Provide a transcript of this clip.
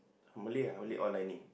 Malay ah only all lining